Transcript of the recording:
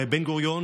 הרי בן-גוריון